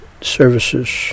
services